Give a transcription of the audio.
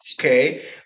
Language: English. okay